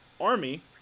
Army